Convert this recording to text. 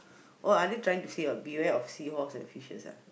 oh are they trying to say what beware of seahorse and fishes ah